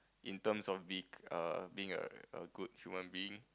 in terms of being err being a a good human being